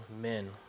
men